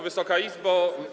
Wysoka Izbo!